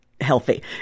healthy